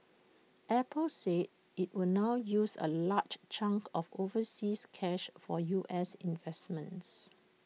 Apple said IT will now use A large chunk of overseas cash for U S investments